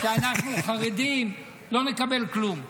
השופט רואה שאנחנו חרדים, לא נקבל כלום.